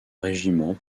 régiment